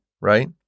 right